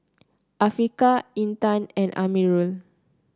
Afiqah Intan and Amirul